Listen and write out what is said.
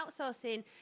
outsourcing